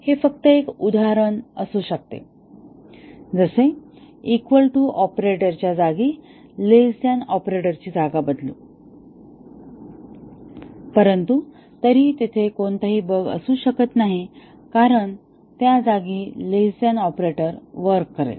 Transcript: हे फक्त एक उदाहरण असू शकते जसे इक्वल टू ऑपरेटरच्या जागी लेसद्यान ऑपरेटरची जागा बदलू परंतु तरीही तेथे कोणतेही बग असू शकत नाही कारण त्या जागी लेसद्यान ऑपरेटर वर्क करेल